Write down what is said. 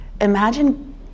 imagine